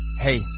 Hey